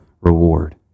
reward